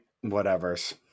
whatever's